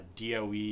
DOE